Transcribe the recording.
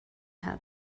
had